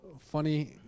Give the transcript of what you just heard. funny